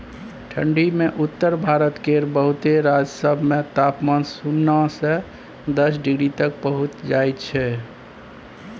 ठंढी मे उत्तर भारत केर बहुते राज्य सब मे तापमान सुन्ना से दस डिग्री तक पहुंच जाइ छै